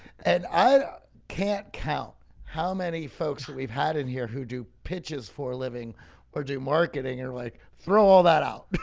and i can't count how many folks that we've had in here who do pitches for living or do marketing or like throw all that out.